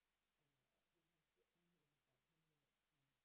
uh we have to end in about ten minutes time